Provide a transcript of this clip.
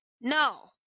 no